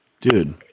Dude